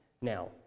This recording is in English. Now